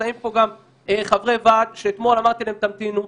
נמצאים פה גם חברי ועד שאתמול אמרתי להם שימתינו,